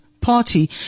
party